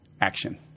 Action